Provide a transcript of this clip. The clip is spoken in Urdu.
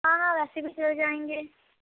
ہاں ہاں ویسے بھی چل جائیں گے